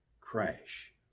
crash